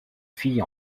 fille